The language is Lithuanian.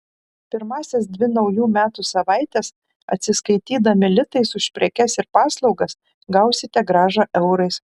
pirmąsias dvi naujų metų savaites atsiskaitydami litais už prekes ir paslaugas gausite grąžą eurais